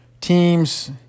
Teams